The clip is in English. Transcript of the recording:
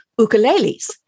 ukuleles